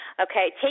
okay